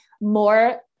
more